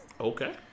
Okay